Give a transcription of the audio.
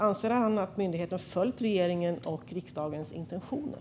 Anser han att myndigheten har följt regeringens och riksdagens intentioner?